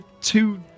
two